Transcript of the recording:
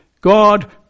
God